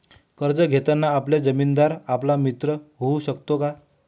कर्ज घेताना आपला जामीनदार आपला मित्र होऊ शकतो का?